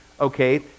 okay